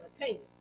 opinion